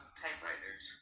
typewriters